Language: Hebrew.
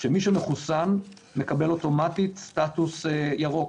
שמי שמחוסן מקבל אוטומטית סטטוס ירוק.